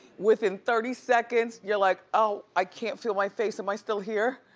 within thirty seconds, you're like oh, i can't feel my face, am i still here?